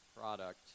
product